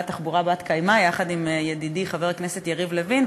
תחבורה בת-קיימא יחד עם ידידי חבר הכנסת יריב לוין.